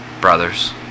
brothers